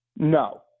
No